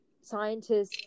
scientists